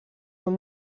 són